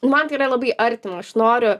man tai yra labai artima aš noriu